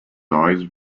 eyes